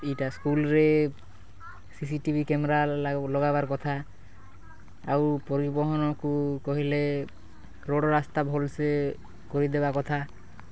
ଇ'ଟା ସ୍କୁଲ୍ରେ CC TV camera ଲଗାବାର୍ କଥା ଆଉ ପରିବହନ୍କୁ କହେଲେ ରୋଡ଼୍ ରାସ୍ତା ଭଲ୍ସେ କରିଦେବାର୍ କଥା